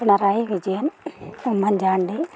Pinarayi Vijayan Oommen Chandy